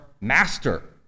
master